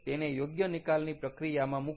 તેને યોગ્ય નિકાલની પ્રક્રિયામાં મૂકો